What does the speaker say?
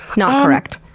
not correct?